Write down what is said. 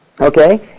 Okay